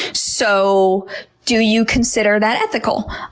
so do you consider that ethical?